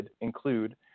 include